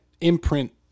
imprint